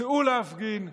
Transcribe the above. צאו להפגין,